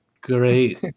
great